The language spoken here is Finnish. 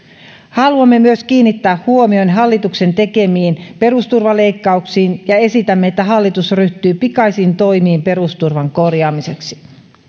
haluamme myös kiinnittää huomion hallituksen tekemiin perusturvaleikkauksiin ja esitämme että hallitus ryhtyy pikaisiin toimiin perusturvan korjaamiseksi